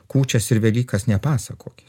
kūčias ir velykas nepasakokit